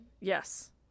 yes